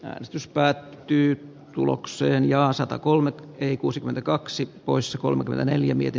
äänestys päätyy tulokseen ja satakolme kiri kuusikymmentä kaksi poissa kolme neljä mieti